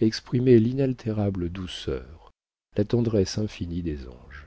exprimaient l'inaltérable douceur la tendresse infinie des anges